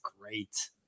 great